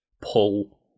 pull